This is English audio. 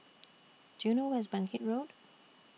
Do YOU know Where IS Bangkit Road